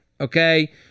Okay